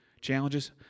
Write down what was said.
challenges